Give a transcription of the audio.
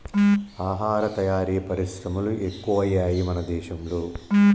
ఆహార తయారీ పరిశ్రమలు ఎక్కువయ్యాయి మన దేశం లో